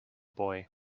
boy